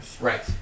Right